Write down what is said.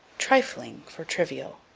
trifling for trivial.